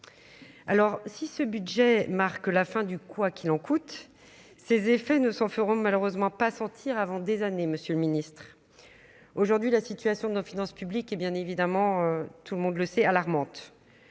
alors si ce budget marque la fin du quoi qu'il en coûte, ces effets ne se feront malheureusement pas sentir avant des années Monsieur le Ministre, aujourd'hui, la situation de nos finances publiques et, bien évidemment, tout le monde le sait alarmante,